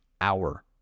hour